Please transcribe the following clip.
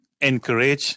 encourage